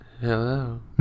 Hello